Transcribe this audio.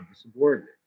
subordinate